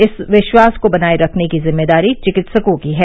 इस विश्वास को बनाए रखने की जिम्मेदारी विकित्सकों की है